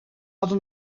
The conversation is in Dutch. hadden